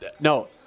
no